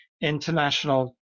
international